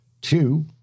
Two